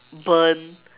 burnt